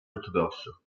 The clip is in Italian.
ortodosso